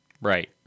Right